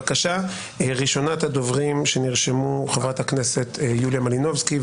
ראשונת הדוברים שנרשמו חברת הכנסת יוליה מלינובסקי.